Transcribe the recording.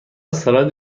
سالاد